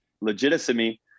legitimacy